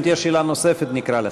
אם תהיה שאלה נוספת, נקרא לך.